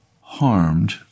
harmed